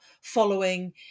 following